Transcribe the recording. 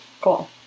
Cool